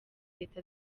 reta